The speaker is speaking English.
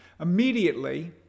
Immediately